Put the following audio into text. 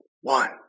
one